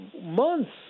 months